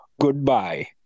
goodbye